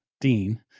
Dean